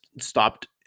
stopped